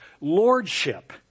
lordship